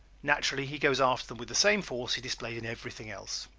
naturally he goes after them with the same force he displays in everything else.